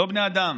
לא בני אדם,